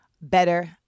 better